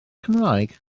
cymraeg